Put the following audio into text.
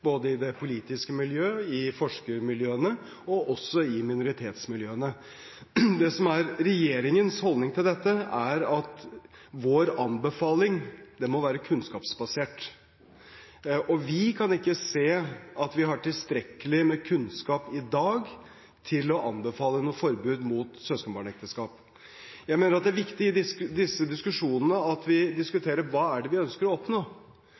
både i det politiske miljøet, i forskermiljøene og i minoritetsmiljøene. Regjeringens holdning til dette er at vår anbefaling må være kunnskapsbasert. Vi kan ikke se at vi har tilstrekkelig med kunnskap i dag til å anbefale noe forbud mot søskenbarnekteskap. Jeg mener det er viktig i disse diskusjonene at vi diskuterer hva vi ønsker å oppnå.